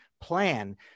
plan